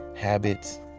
Habits